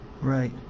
right